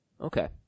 Okay